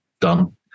done